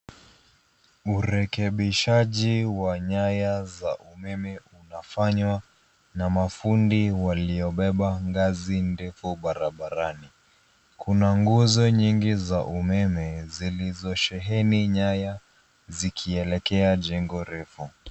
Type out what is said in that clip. Mrekebishaji wa nyaya za umeme unafanywa na mafundi waliobeba ngazi ndefu barabarani. Kuna nguzo nyingi za umeme zilizosheheni nyaya zikielekea jengo refu.